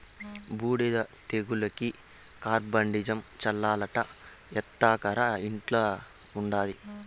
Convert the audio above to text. బూడిద తెగులుకి కార్బండిజమ్ చల్లాలట ఎత్తకరా ఇంట్ల ఉండాది